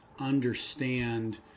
understand